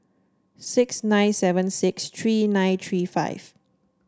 six nine seven six three nine three five